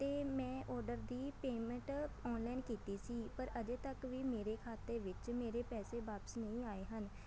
ਅਤੇ ਮੈਂ ਔਡਰ ਦੀ ਪੇਮੈਂਟ ਔਨਲਾਈਨ ਕੀਤੀ ਸੀ ਪਰ ਅਜੇ ਤੱਕ ਵੀ ਮੇਰੇ ਖਾਤੇ ਵਿੱਚ ਮੇਰੇ ਪੈਸੇ ਵਾਪਸ ਨਹੀਂ ਆਏ ਹਨ